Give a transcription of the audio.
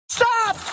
stop